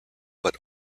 but